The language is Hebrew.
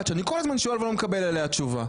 שאני כל הזמן שואל ולא מקבל תשובה עליה.